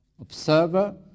Observer